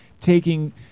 taking